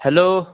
hello